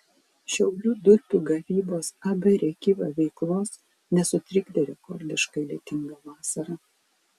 šiaulių durpių gavybos ab rėkyva veiklos nesutrikdė rekordiškai lietinga vasara